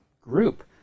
group